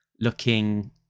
looking